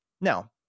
Now